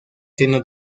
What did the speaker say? seno